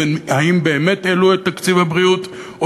האם באמת העלו את תקציב הבריאות או